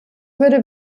würde